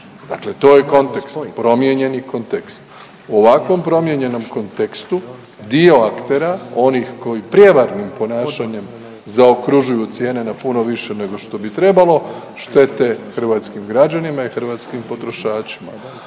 Dakle, to je kontekst, promijenjeni kontekst. U ovakvom promijenjenom kontekstu dio aktera oni koji prijevarnim ponašanjem zaokružuju cijene na puno više nego što bi trebalo štete hrvatskim građanima i hrvatskim potrošačima.